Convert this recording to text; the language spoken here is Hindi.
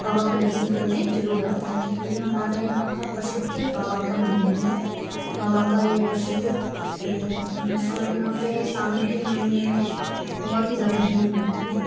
बाबा का दर्शन करने ज़रूर आते हैं तो यह हमारे यहाँ का प्रसिद्ध बाबा का मन्दिर है बाबा का यह प्रसिद्ध पर्यटक स्थल है और यहाँ पर सावन के महीने में बहुत ही ज़्यादा भीड़ होती है